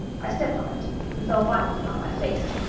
i stepped on it, and fell violently on my face.